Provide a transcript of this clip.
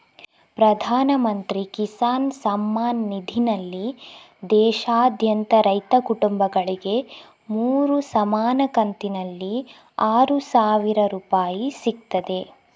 ಪ್ರಧಾನ ಮಂತ್ರಿ ಕಿಸಾನ್ ಸಮ್ಮಾನ್ ನಿಧಿನಲ್ಲಿ ದೇಶಾದ್ಯಂತ ರೈತ ಕುಟುಂಬಗಳಿಗೆ ಮೂರು ಸಮಾನ ಕಂತಿನಲ್ಲಿ ಆರು ಸಾವಿರ ರೂಪಾಯಿ ಸಿಗ್ತದೆ